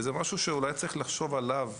וזה משהו שאולי צריך לחשוב עליו,